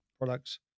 products